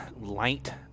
light